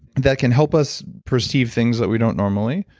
that can help us perceive things that we don't normally,